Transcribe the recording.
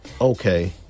okay